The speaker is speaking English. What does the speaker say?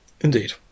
Indeed